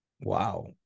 Wow